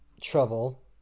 trouble